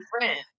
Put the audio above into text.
friend